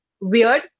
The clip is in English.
weird